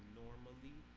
normally